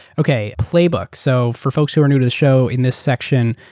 okay, playbook. so for folks who are new to the show, in this section,